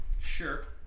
Sure